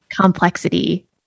complexity